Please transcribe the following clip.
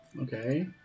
Okay